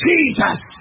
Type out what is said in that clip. Jesus